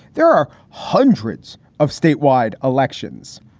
there are hundreds of statewide elections.